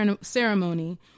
ceremony